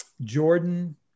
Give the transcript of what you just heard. Jordan